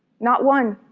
not one.